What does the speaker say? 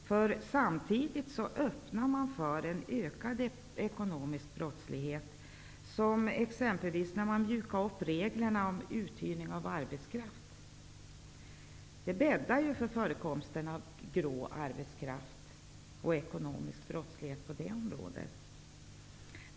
Samtidigt öppnar man för en ökad ekonomisk brottslighet, t.ex. när man mjukade upp reglerna om uthyrning av arbetskraft. Det här bäddar för förekomsten av grå arbetskraft och ekonomisk brottslighet på det området.